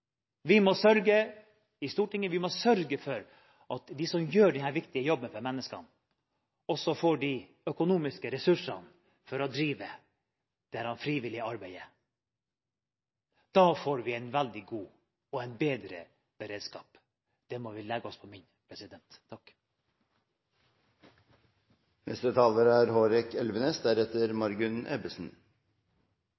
Vi i Stortinget må sørge for at de som gjør disse viktige jobbene for menneskene, også får de økonomiske ressursene for å drive dette frivillige arbeidet. Da får vi en bedre beredskap. Det må vi legge oss på